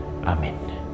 Amen